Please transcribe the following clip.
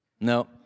No